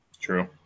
True